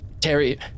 terry